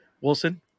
Wilson